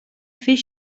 fer